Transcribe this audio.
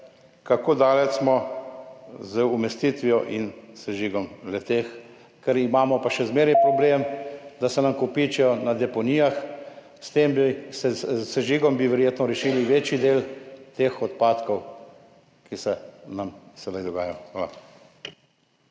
Kako daleč smo z umestitvijo in sežigom le-teh? Še zmeraj imamo namreč problem, da se nam kopičijo na deponijah. S sežigom bi verjetno rešili večji del teh odpadkov, ki se nam sedaj dogajajo.